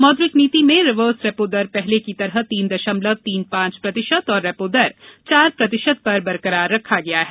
मौद्रिक नीति में रिवर्स रेपो दर पहले की तरह तीन दशमलव तीन पांच प्रतिशत और रेपो दर चार प्रतिशत पर बरकरार रखा है